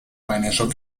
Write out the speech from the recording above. financial